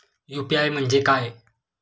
UPI म्हणजे काय?